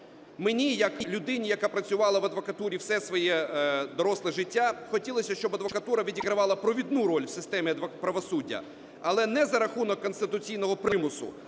Мені як людині, яка працювала в адвокатурі все своє доросле життя, хотілося б, щоб адвокатура відігравала провідну роль в системі правосуддя, але не за рахунок конституційного примусу,